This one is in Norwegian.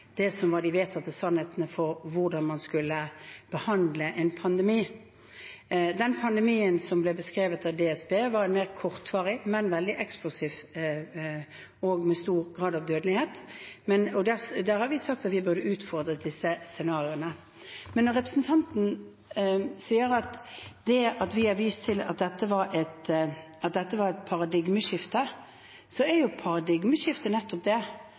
det som var de vedtatte sannhetene for hvordan man skulle behandle en pandemi. Den pandemien som ble beskrevet av DSB, var mer kortvarig, men veldig eksplosiv og med stor grad av dødelighet, og der har vi sagt at vi burde ha utfordret disse scenarioene. Representanten sier at vi har vist til at dette var et paradigmeskifte, men et paradigmeskifte er jo nettopp det